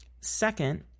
Second